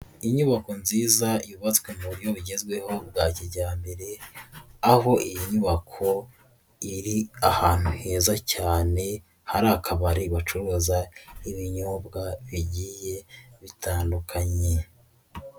Inyubako nziza yubatswe mu buryo bugezweho bwa kijyambere, aho iyi nyubako iri ahantu heza cyane hari akabari bacuruza ibinyobwa bigiye bitandukanye.